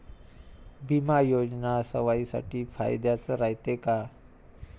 बिमा योजना सर्वाईसाठी फायद्याचं रायते का?